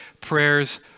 prayers